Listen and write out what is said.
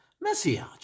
messiah